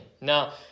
Now